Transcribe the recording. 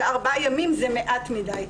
וארבעה ימים זה מעט מדי.